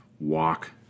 walk